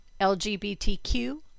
LGBTQ